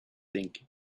think